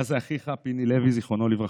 היה זה אחיך, פיני לוי, זיכרונו לברכה,